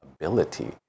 ability